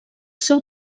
seu